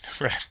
Right